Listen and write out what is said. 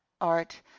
art